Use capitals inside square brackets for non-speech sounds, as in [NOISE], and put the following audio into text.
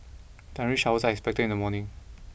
[UNINTELLIGIBLE] showers are expected in the morning